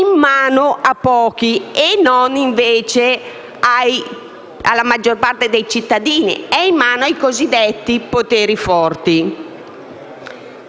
in mano a pochi e non, invece, alla maggior parte dei cittadini: è in mano ai cosiddetti poteri forti.